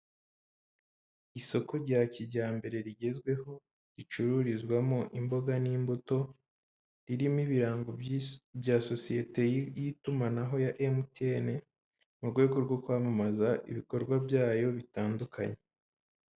Isoko rya kijyambere rigezweho ricururizwamo imboga n'imbuto, ririmo ibirango bya sosiyete y'itumanaho ya MTN mu rwego rwo kwamamaza ibikorwa byayo bitandukanye.